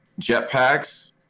jetpacks